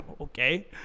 okay